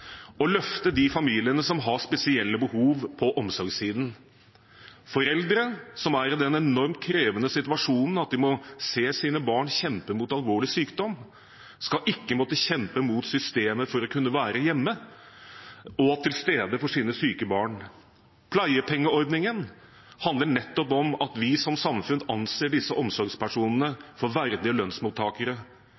å løfte de familiene som har spesielle behov på omsorgssiden. Foreldre som er i den enormt krevende situasjonen at de må se sine barn kjempe mot alvorlig sykdom, skal ikke måtte kjempe mot systemet for å kunne være hjemme og til stede for sine syke barn. Pleiepengeordningen handler nettopp om at vi som samfunn anser disse omsorgspersonene